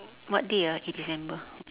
what day ah eight december